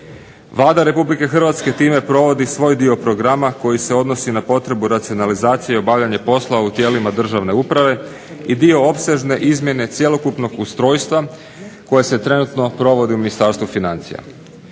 Vlada Republike Hrvatske time provodi svoj dio programa koji se odnosi na potrebu racionalizacije i obavljanje poslova u tijelima državne uprave i dio opsežne izmjene cjelokupnog ustrojstva koje se trenutno provodi u Ministarstvu financija.